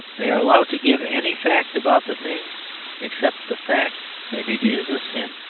they are allowed to give any fact about the thing except the fact that it is a sin.